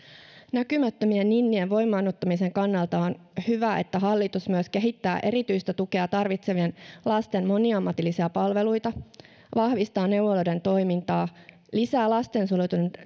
näkymättömien ninnien voimaannuttamisen kannalta on hyvä että hallitus myös kehittää erityistä tukea tarvitsevien lasten moniammatillisia palveluita vahvistaa neuvoloiden toimintaa lisää lastensuojelutyön